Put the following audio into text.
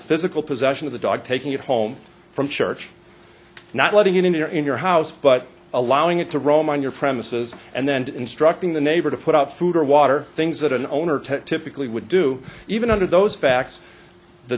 physical possession of the dog taking it home from church not letting it in there in your house but allowing it to roam on your premises and then instructing the neighbor to put out food or water things that an owner to typically would do even under those facts the